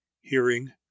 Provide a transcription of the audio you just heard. hearing